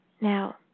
Now